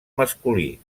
masculí